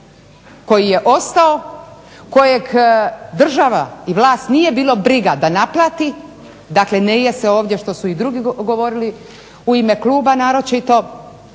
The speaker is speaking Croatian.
koji je ostao kojeg država i vlast nije bilo briga da naplati, dakle nije se ovdje što su i drugi govorili u ime kluba naročito